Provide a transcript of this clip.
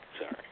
Sorry